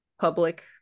public